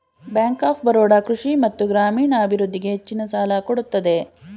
bank of Baroda ಕೃಷಿ ಮತ್ತು ಗ್ರಾಮೀಣ ಅಭಿವೃದ್ಧಿಗೆ ಹೆಚ್ಚಿನ ಸಾಲ ಕೊಡುತ್ತದೆ